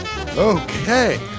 Okay